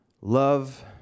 Love